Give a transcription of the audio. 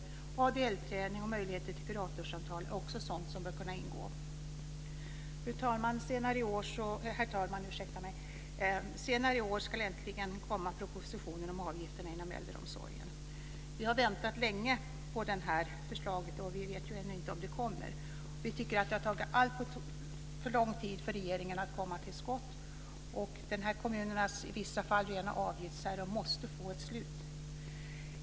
ADL-träning och möjlighet till kuratorssamtal är också sådant som bör ingå. Herr talman! Senare i år ska propositionen om avgifterna inom äldreomsorgen äntligen komma. Vi har väntat länge på det förslaget, men vi vet ju ännu inte om det kommer. Vi anser att det har tagit alltför lång tid för regeringen att komma till skott i den här frågan. Kommunernas i vissa fall rena avgiftsterror måste få ett slut.